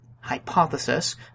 hypothesis